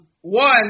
one